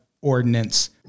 ordinance